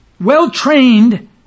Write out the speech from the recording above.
well-trained